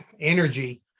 energy